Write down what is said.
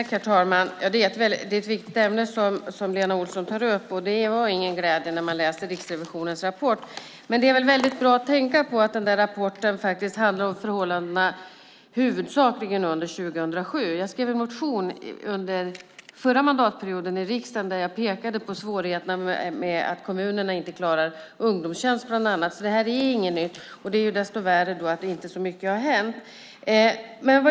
Herr talman! Det är ett viktigt ämne som Lena Olsson tar upp. Det var ingen glädje man kände när man läste Riksrevisionens rapport. Men det är väldigt bra att tänka på att rapporten huvudsakligen handlade om förhållandena under 2007. Jag skrev en motion under förra mandatperioden i riksdagen där jag pekade på svårigheterna med att kommunerna inte klarar bland annat ungdomstjänst. Detta är inget nytt. Det är därför desto värre att inte så mycket har hänt.